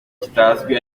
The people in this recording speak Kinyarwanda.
kitazwi